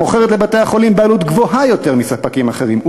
מוכרת לבתי-החולים בעלות גבוהה יותר מספקים אחרים,